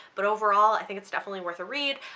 but overall i think it's definitely worth a read.